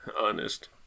honest